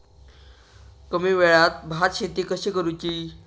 कमी वेळात भात शेती कशी करुची?